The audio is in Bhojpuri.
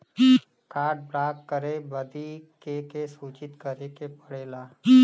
कार्ड ब्लॉक करे बदी के के सूचित करें के पड़ेला?